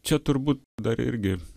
čia turbūt dar irgi